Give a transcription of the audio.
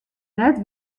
net